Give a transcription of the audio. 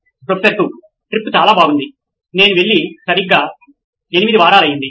professor 2 trip చాలా బాగుంది నేను వెళ్లి సరిగ్గా 8 వారాలు అయ్యింది